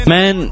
Man